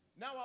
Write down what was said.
Now